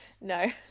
No